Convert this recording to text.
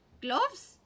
Gloves